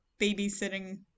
babysitting